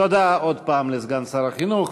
תודה עוד הפעם לסגן שר החינוך.